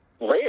rare